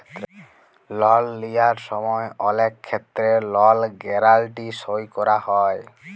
লল লিয়ার সময় অলেক ক্ষেত্রে লল গ্যারাল্টি সই ক্যরা হ্যয়